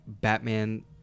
Batman